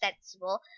sensible